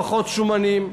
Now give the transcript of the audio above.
פחות שומנים,